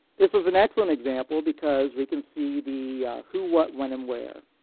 this is an excellent example because we can see the who, what, when, and where.